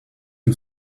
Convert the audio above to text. you